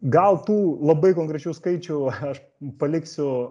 gal tų labai konkrečių skaičių aš paliksiu